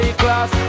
class